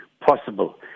possible